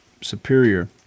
superior